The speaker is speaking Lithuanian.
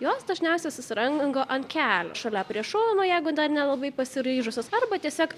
jos dažniausiai susirango ant kelių šalia prie šono jeigu dar nelabai pasiryžusios arba tiesiog